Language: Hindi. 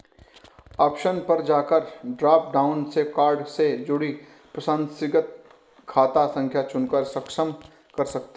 ऑप्शन पर जाकर ड्रॉप डाउन से कार्ड से जुड़ी प्रासंगिक खाता संख्या चुनकर सक्षम कर सकते है